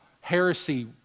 heresy